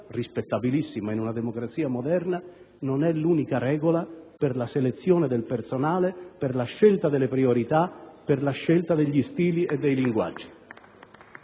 rispettabilissima in una democrazia moderna, non è l'unica regola per la selezione del personale, per la scelta delle priorità, degli stili e dei linguaggi.